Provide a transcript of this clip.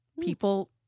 people